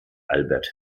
albert